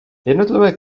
jednotlivé